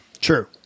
True